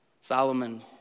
Solomon